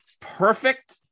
perfect